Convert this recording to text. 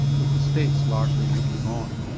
with the states largely looking on.